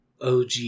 OG